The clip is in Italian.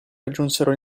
raggiunsero